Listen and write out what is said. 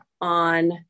on